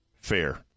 fair